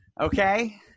Okay